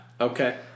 Okay